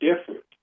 different